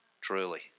Truly